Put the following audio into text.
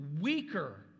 weaker